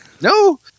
No